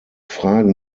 fragen